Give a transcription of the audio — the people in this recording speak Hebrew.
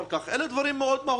אלה דברים מאוד מהותיים.